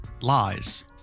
lies